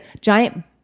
giant